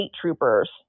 troopers